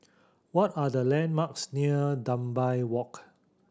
what are the landmarks near Dunbar Walk